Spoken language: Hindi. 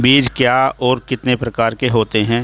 बीज क्या है और कितने प्रकार के होते हैं?